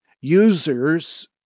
Users